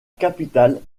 capitale